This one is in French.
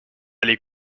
aller